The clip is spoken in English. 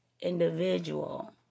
individual